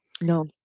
No